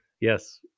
Yes